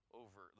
over